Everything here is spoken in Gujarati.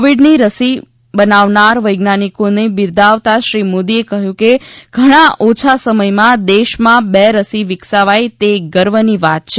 કોવિડની રસી બનાવનાર વૈજ્ઞાનિકોને બિરદાવતા શ્રી મોદીએ કહ્યું કે ઘણા ઓછા સમયમાં દેશમાં બે રસી વિકસાવાઇ તે ગર્વની વાત છે